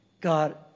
God